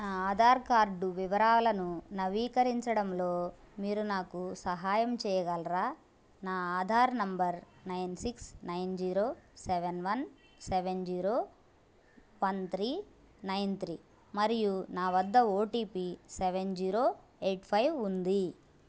నా ఆధార్ కార్డు వివరాలను నవీకరించడంలో మీరు నాకు సహాయం చేయగలరా నా Aadhaar number nine six nine zero seven one seven zero one three nine three మరియు నా వద్ద OTP seven zero eight five ఉంది